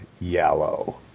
yellow